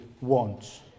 wants